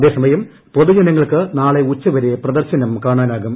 അതേസമയം പൊതുജനങ്ങൾക്ക് നാളെ ഉച്ചവരെ പ്രിദ്ദർശനം കാണാനാകും